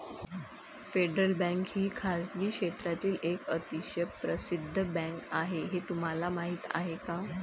Federal Bank ही खासगी क्षेत्रातील एक अतिशय प्रसिद्ध बँक आहे हे तुम्हाला माहीत आहे का?